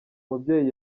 mubyeyi